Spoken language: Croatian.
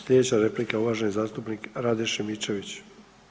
Sljedeća replika uvaženi zastupnik Rade Šimičević.